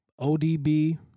ODB